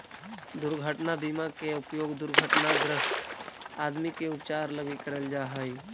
दुर्घटना बीमा के उपयोग दुर्घटनाग्रस्त आदमी के उपचार लगी करल जा हई